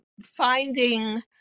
finding